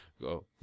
Go